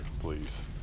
please